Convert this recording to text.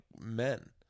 men